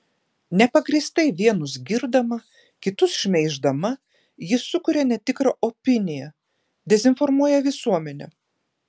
nepagrįstai vienus girdama kitus šmeiždama ji sukuria netikrą opiniją dezinformuoja visuomenę